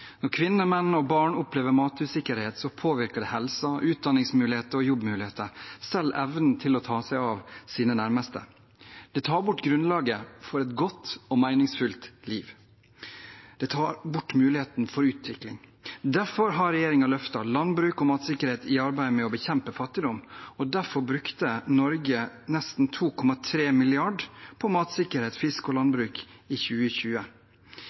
Når kvinner, menn og barn opplever matusikkerhet, påvirker det helsen, utdanningsmuligheter og jobbmuligheter, selve evnen til å ta seg av sine nærmeste. Det tar bort grunnlaget for et godt og meningsfylt liv. Det tar bort muligheten for utvikling. Derfor har regjeringen løftet landbruk og matsikkerhet i arbeidet med å bekjempe fattigdom, og derfor brukte Norge nesten 2,3 mrd. kr på matsikkerhet, fisk og landbruk i 2020.